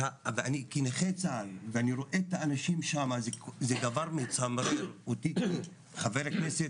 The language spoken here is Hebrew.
ואני כנכה צה"ל ואני רואה את האנשים שם זה דבר מצמרר אותי כחבר כנסת